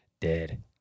dead